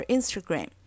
Instagram